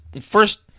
first